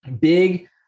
big